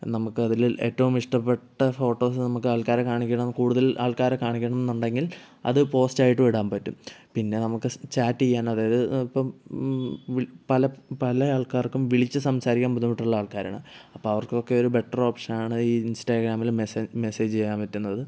നമുക്ക് അതിൽ ഏറ്റവും ഇഷ്ടപ്പെട്ട ഫോട്ടോസ് നമുക്ക് ആൾക്കാരെ കാണിക്കണം കൂടുതൽ ആൾക്കാരെ കാണിക്കണോന്നുണ്ടെങ്കിൽ അത് പോസ്റ്റ് ആയിട്ടും ഇടാൻ പറ്റും പിന്നെ നമുക്ക് ചാറ്റ് ചെയ്യാ അതായത് ഇപ്പം പല പല ആൾക്കാർക്കും വിളിച്ച് സംസാരിക്കാൻ ബുദ്ധിമുട്ടുള്ള ആൾക്കാരാണ് അപ്പം അവർക്കൊക്കെ ഒരു ബെറ്റർ ഓപ്ഷൻ ആണ് ഈ ഇൻസ്റ്റഗ്രാമിൽ മെസ്സേജ് മെസ്സേജ് ചെയ്യാൻ പറ്റുന്നത്